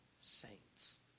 saints